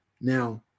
Now